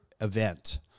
event